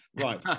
Right